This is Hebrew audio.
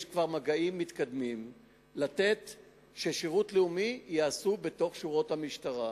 יש כבר מגעים מתקדמים לאפשר ששירות לאומי ייעשה בתוך שורות המשטרה.